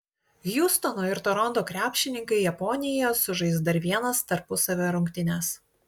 hjustono ir toronto krepšininkai japonijoje sužais dar vienas tarpusavio rungtynes